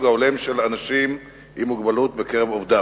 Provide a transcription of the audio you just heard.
ההולם של אנשים עם מוגבלות בקרב עובדיו.